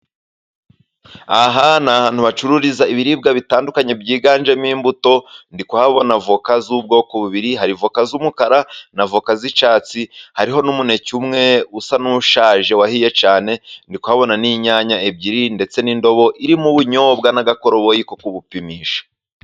Aha ni ahantu hacururizwa ibiribwa bitandukanye byiganjemo imbuto. Ndi kubona n'avoka z'ubwoko bubiri hari avoka z'umukara n'avoka z'icyatsi. Hariho n'umuneke umwe usa n'ushaje, wahiye cyane. Ndi kubona n'inyanya ebyiri, ndetse n'indobo irimo ubunyobwa n'agakoroboyi ko kubupimisha.